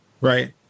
right